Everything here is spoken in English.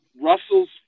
Russell's